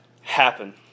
happen